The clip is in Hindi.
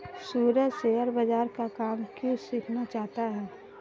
सूरज शेयर बाजार का काम क्यों सीखना चाहता है?